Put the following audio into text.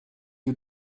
you